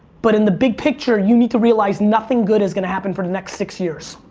but in the big picture, you need to realize nothing good is gonna happen for the next six years.